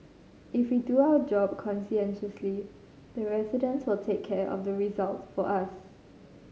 if we do our job conscientiously the residents will take care of the results for us